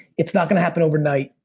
it's not gonna happen overnight,